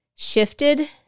shifted